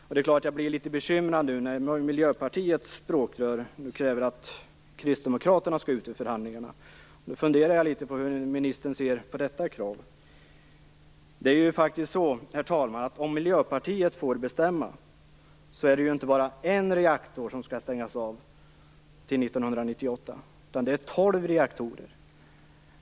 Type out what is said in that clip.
Jag blir därför litet bekymrad när nu Miljöpartiets språkrör kräver att Kristdemokraterna skall ut ur förhandlingarna. Hur ser ministern på detta krav? Det är faktiskt så, herr talman, att om Miljöpartiet får bestämma är det inte bara en reaktor som skall stängas av till 1998 utan tolv!